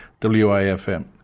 WIFM